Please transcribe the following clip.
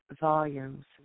volumes